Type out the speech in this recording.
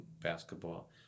basketball